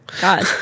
God